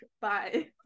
Bye